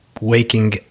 waking